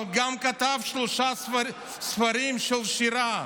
אבל גם כתב שלושה ספרים של שירה,